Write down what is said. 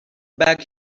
back